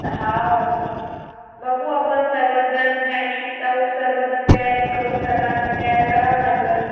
हो बघू आपण सर्वजण फॅमिली जाऊ सर्वजण तयारी करू सर्वांना तयार करावं लागेल